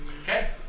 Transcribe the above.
Okay